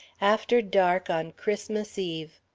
after dark on christmas eve.